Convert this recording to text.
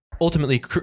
ultimately